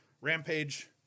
Rampage